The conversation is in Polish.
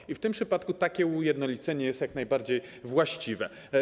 I w tym przypadku takie ujednolicenie jest jak najbardziej właściwe.